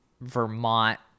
vermont